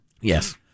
Yes